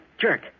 jerk